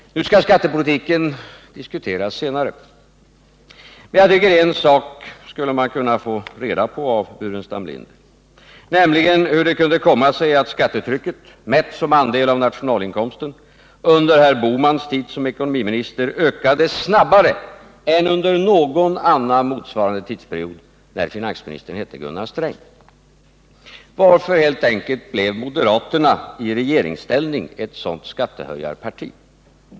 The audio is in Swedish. Nu skall skattepolitiken diskuteras senare. Men jag tycker att en sak borde man kunna få reda på av Burenstam Linder, nämligen hur det kunde komma sig att skattetrycket, mätt som andel av nationalinkomsten, under herr Bohmans tid 91 som ekonomiminister ökade snabbare än under någon annan motsvarande tidsperiod när finansministern hette Gunnar Sträng. Varför blev — helt enkelt — moderaterna i regeringsställning ett sådant skattehöjarparti?